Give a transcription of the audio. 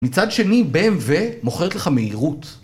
מצד שני, BMV מוכרת לך מהירות.